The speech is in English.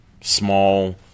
small